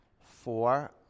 Four